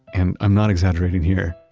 and i'm not exaggerating here,